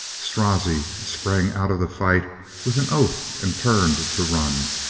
strozzi sprang out of the fight with an oath and turned to run.